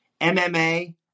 MMA